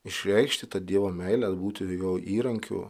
išreikšti tą dievo meilę būti jo įrankiu